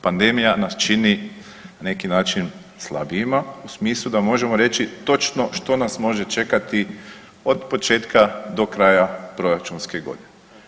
Pandemija nas čini na neki način slabijima u smislu da možemo reći točno što nas može čekati od početka do kraja proračunske godine.